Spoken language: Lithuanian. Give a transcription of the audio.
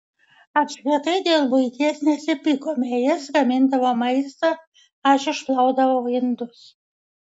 apskritai dėl buities nesipykome jis gamindavo maistą aš išplaudavau indus